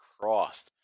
crossed